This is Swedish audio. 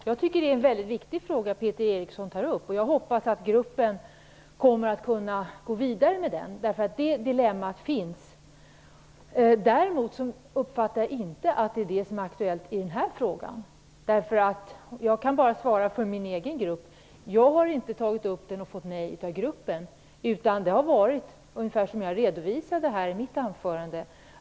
Herr talman! Det är en väldigt viktig fråga Peter Eriksson tar upp. Jag hoppas att arbetsgruppen kan gå vidare med den. Nämnda dilemma finns ju. Däremot uppfattar jag inte att det är aktuellt i denna fråga. Jag kan bara svara för min egen grupp. Jag har inte tagit upp frågan och fått nej i gruppen, utan det har varit ungefär så som jag redovisade i mitt huvudanförande.